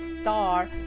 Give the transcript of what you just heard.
star